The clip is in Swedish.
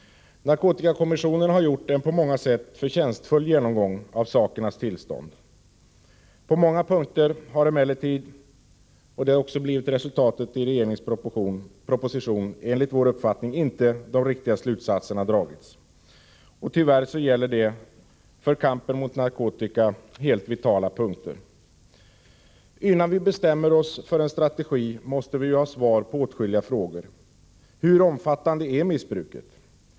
Narkotikakommissionen har gjort en på många sätt förtjänstfull genomgång av sakernas tillstånd. På många punkter har emellertid, och det har också blivit resultatet i regeringens proposition, enligt vår uppfattning inte de riktiga slutsatserna dragits. Tyvärr gäller det för kampen mot narkotika helt vitala punkter. Innan vi bestämmer oss för en strategi, måste vi ha svar på åtskilliga frågor. Hur omfattande är missbruket?